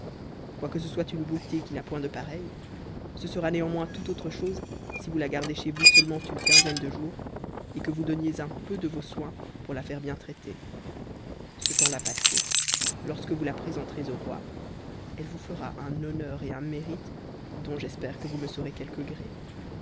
quoique ce soit une beauté qui n'a point de pareille ce sera néanmoins tout autre chose si vous la gardez chez vous seulement une quinzaine de jours et que vous donniez un peu de vos soins pour la faire bien traiter ce temps-là passé lorsque vous la présenterez au roi elle vous fera un honneur et un mérite dont j'espère que vous me saurez quelque gré